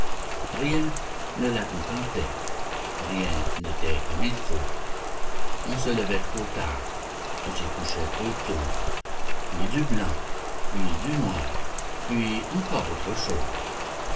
rien ne la contentait rien n'était comme il faut on se levait trop tard on se couchait trop tôt puis du blanc puis du noir puis encore autre chose